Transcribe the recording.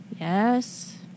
Yes